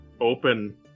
Open